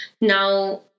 now